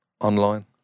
online